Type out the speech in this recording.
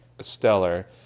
stellar